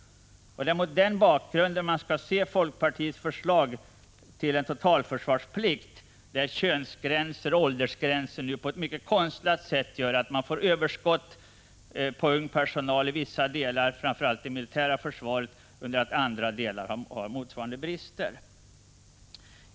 Det är mot den bakgrunden man skall se folkpartiets förslag till en totalförsvarsplikt. Könsgränser och åldersgränser är nu mycket konstlade, och det gör att man får ett överskott på ung personal i vissa delar, framför allt i det militära försvaret, under det att andra delar har motsvarande brister.